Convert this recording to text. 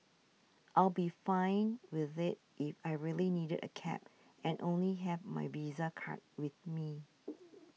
I'll be fine with it if I really needed a cab and only have my Visa card with me